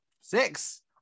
Six